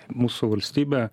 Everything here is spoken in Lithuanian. mūsų valstybė